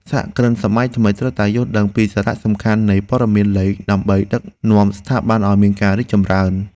សហគ្រិនសម័យថ្មីត្រូវតែយល់ដឹងពីសារៈសំខាន់នៃព័ត៌មានលេខ ដើម្បីដឹកនាំស្ថាប័នឱ្យមានការរីកចម្រើន។